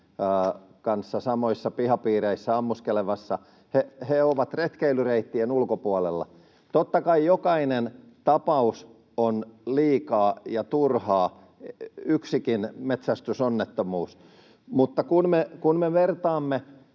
kanssa samoissa pihapiireissä ammuskelemassa. He ovat retkeilyreittien ulkopuolella. Totta kai jokainen tapaus on liikaa ja turha, yksikin metsästysonnettomuus. Mutta kun me vertaamme